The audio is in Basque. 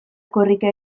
korrika